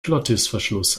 glottisverschluss